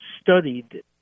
studied